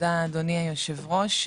תודה אדוני היושב ראש.